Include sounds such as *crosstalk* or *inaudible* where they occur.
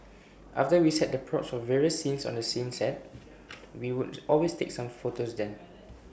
*noise* after we set the props for various scenes on the scenes set *noise* we would *noise* always take some photos there